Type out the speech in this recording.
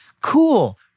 Cool